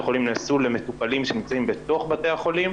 החולים נעשו למטופלים שנמצאים בתוך בתי החולים.